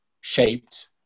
shaped